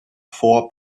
four